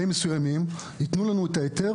ה-FIM זה התורה הבינלאומית, אנחנו עובדים על פיה.